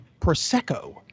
Prosecco